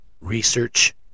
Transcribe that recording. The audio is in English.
research